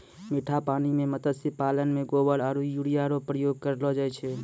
मीठा पानी मे मत्स्य पालन मे गोबर आरु यूरिया रो प्रयोग करलो जाय छै